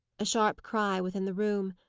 a sharp cry within the room.